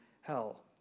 hell